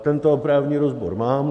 Tento právní rozbor mám.